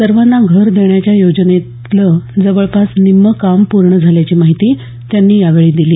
सर्वांना घर देण्याच्या योजनेतील जवळपास निम्म काम पूर्ण झाल्याची माहिती त्यांनी यावेळी दिली